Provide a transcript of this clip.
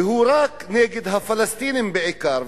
והוא רק נגד הפלסטינים בעיקר,